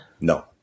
No